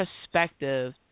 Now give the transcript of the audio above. perspective